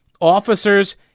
officers